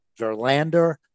Verlander